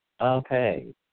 Okay